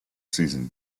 season